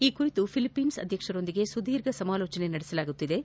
ಈ ಕುರಿತಂತೆ ಫಿಲಿಪೆನ್ಸ್ ಅಧ್ಯಕ್ಷರೊಂದಿಗೆ ಸುದೀರ್ಘ ಸಮಾಲೋಚನೆ ನಡೆಸಿದ್ದು